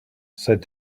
said